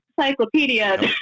encyclopedia